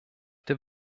der